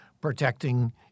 protecting